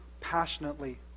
passionately